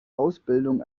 ausbildung